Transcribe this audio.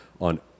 on